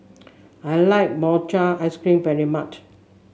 I like Mochi Ice Cream very much